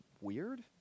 weird